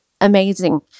amazing